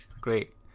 great